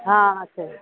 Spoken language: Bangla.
হ্যাঁ আছে